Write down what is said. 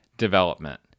development